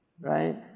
right